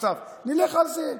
נלך על זה.